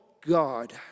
God